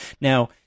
Now